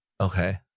Okay